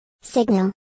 Signal